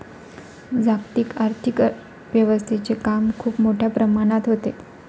जागतिक आर्थिक व्यवस्थेचे काम खूप मोठ्या प्रमाणात होते